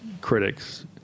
critics